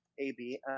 AB